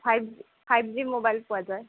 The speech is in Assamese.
ফাইভ ফাইভ জি মোবাইল পোৱা যায়